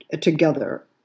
together